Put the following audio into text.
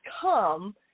come